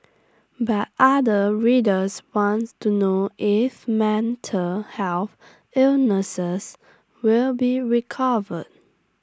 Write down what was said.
but other readers want to know if mental health illnesses will be recovered